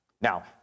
Now